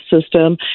system